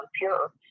pure